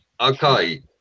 okay